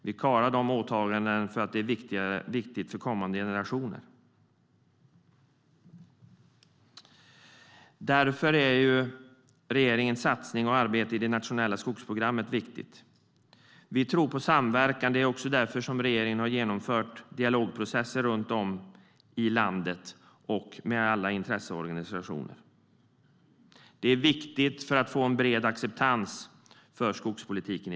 Vi klarar detta, för det är viktigt för kommande generationer. Därför är regeringens satsning på arbetet i det nationella skogsprogrammet så viktigt. Vi tror på samverkan. Därför har regeringen också genomfört dialogprocesser runt om i landet med alla intresseorganisationer. Det är viktigt för att få en bred acceptans för skogspolitiken.